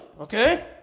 Okay